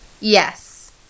Yes